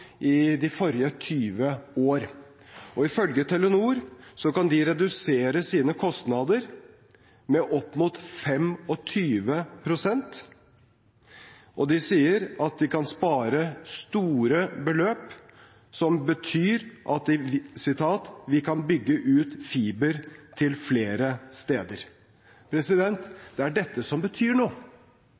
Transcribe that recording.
i de siste 20 år. Ifølge Telenor kan de redusere sine kostnader med opp mot 25 pst., og de sier at de kan spare store beløp, som betyr at «vi kan bygge ut fiber til flere områder». Det er dette som betyr noe,